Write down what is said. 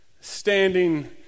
standing